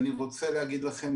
ואני רוצה להגיד לכם,